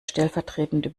stellvertretende